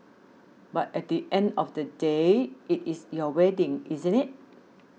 but at the end of the day it is your wedding isn't it